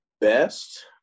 best